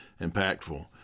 impactful